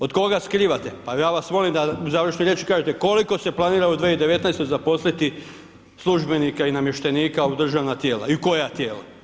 Od koga skrivate, pa ja vas molim da završnoj riječi kažete koliko se planira u 2019. zaposliti službenika i namještenika u državna tijela i u koja tijela.